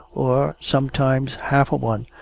or sometimes half a one,